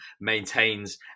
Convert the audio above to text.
maintains